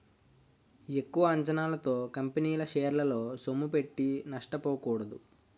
ఎక్కువ అంచనాలతో కంపెనీల షేరల్లో సొమ్ముపెట్టి నష్టపోకూడదు